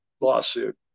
lawsuit